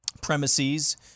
premises